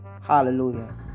Hallelujah